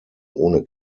ohne